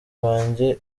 banjye